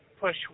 push